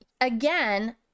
again